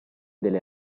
delle